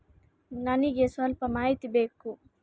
ನನಿಗೆ ಸ್ವಲ್ಪ ಮಾಹಿತಿ ಬೇಕು